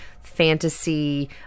fantasy